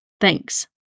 Thanks